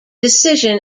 decision